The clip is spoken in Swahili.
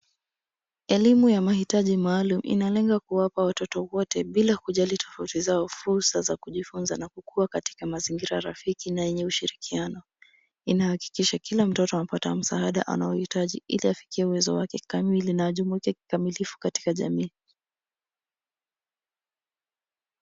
Elimu ya mahitaji maalum inalenga kuwapa watoto wote bila kujali tofauti zao fursa za kujifunza na kukuwa katika mazingira rafiki na yenye ushirikiano, ina hakikisha kila mtoto ana pata msaada anaohitaji ili afikie uwezo kamili na ajumuike kikamilifu katika jamii.